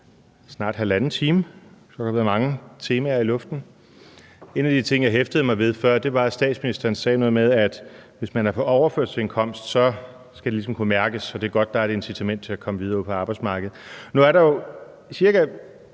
snart halvanden time, hvor der har været mange temaer i luften. En af de ting, jeg hæftede mig ved før, var, at statsministeren sagde noget med, at hvis man er på overførselsindkomst, skal det ligesom kunne mærkes, og det er godt, at der er et incitament til at komme videre ud på arbejdsmarkedet. Nu er der jo cirka